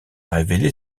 révélé